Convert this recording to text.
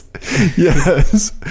Yes